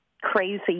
crazy